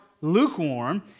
lukewarm